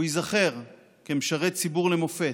הוא ייזכר כמשרת ציבור למופת,